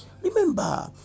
Remember